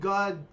God